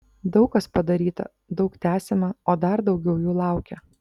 daug kas padaryta daug tęsiama o dar daugiau jų laukia